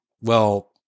Well-